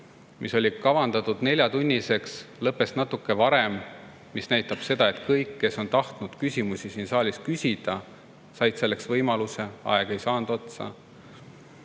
mis oli kavandatud neljatunniseks, aga lõppes natuke varem, mis näitab seda, et kõik, kes tahtsid siin saalis küsimusi küsida, said selleks võimaluse – aeg ei saanud otsa.